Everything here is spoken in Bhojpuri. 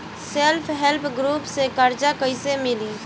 सेल्फ हेल्प ग्रुप से कर्जा कईसे मिली?